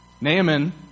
Naaman